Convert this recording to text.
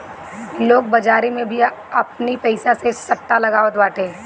लोग बाजारी में भी आपनी पईसा से सट्टा लगावत बाटे